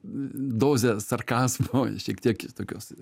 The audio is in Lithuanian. dozę sarkazmo šiek tiek tokios